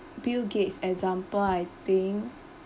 bill gates example I think